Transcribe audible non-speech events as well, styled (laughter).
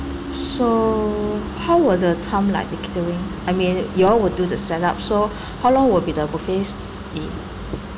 so how were the time like the catering I mean you all will do the set up so (breath) how long will be the buffets be